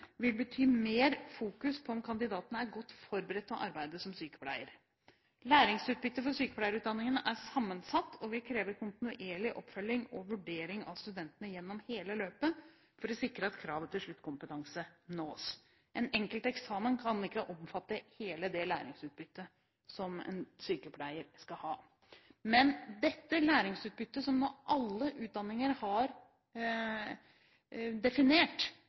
vil fokusere mer på om kandidaten er godt forberedt til å arbeide som sykepleier. Læringsutbyttet for sykepleierutdanningen er sammensatt, og vil kreve kontinuerlig oppfølging og vurdering av studentene gjennom hele løpet for å sikre at kravet til sluttkompetanse nås. En enkelt eksamen kan ikke omfatte hele det læringsutbyttet en sykepleier skal ha. Læringsutbyttet, som nå alle utdanninger har definert,